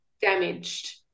damaged